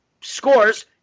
scores